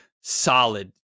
solid